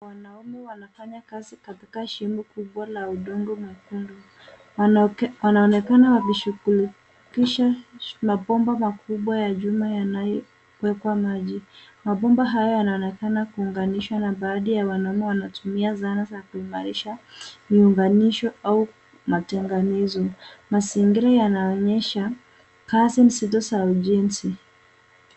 Wanaume wanafanya kazi katika shimo kubwa la udongo mwekundu. Wanaonekana wakishughulikia mabomba makubwa ya chuma yanayowekwa maji. Mabomba haya yanaonekana kuunganishwa na baadhi ya wanaume wanatumia zana za kuimarisha mwunganisho au matenganizo. Mazingira yanaonyesha kazi nzito za ujenzi.